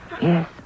Yes